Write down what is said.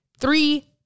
three